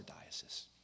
diocese